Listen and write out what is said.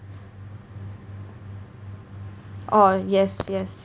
oh yes yes